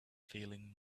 feeling